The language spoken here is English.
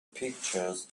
pictures